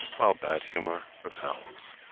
while bad humor repels.